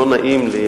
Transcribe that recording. לא נעים לי,